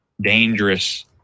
dangerous